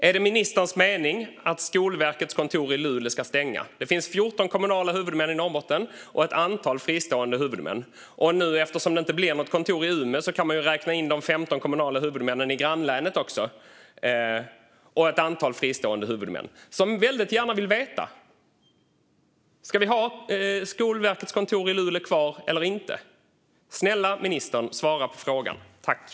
Är det ministerns mening att Skolverkets kontor i Luleå ska stänga? Det finns 14 kommunala och ett antal fristående huvudmän i Norrbotten. Eftersom det inte blir något kontor i Umeå kan man räkna in de 15 kommunala huvudmännen, och ett antal fristående huvudmän, i grannlänet också. De vill väldigt gärna veta om Skolverkets kontor i Luleå kommer att finnas kvar eller inte. Var snäll och svara på frågan, ministern!